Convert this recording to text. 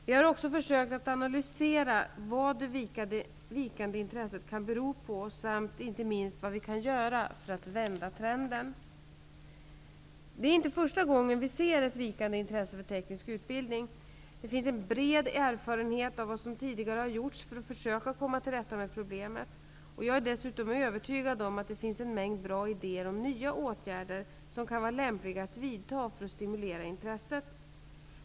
Vi har också försökt analysera vad det vikande intresset kan bero på samt inte minst vad vi kan göra för att vända trenden. Det är inte första gången vi ser ett vikande intresse för teknisk utbildning. Det finns en bred erfarenhet av det som tidigare har gjorts för att försöka komma till rätta med problemet. Jag är dessutom övertygad om att det finns en mängd bra idéer om nya åtgärder som kan vara lämpliga att vidta för att stimulera intresset.